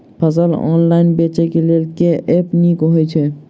फसल ऑनलाइन बेचै केँ लेल केँ ऐप नीक होइ छै?